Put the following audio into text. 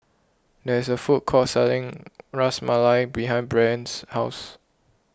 there is a food court selling Ras Malai behind Brien's house